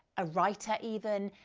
a writer even,